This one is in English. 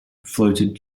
floated